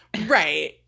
Right